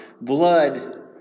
Blood